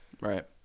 Right